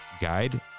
guide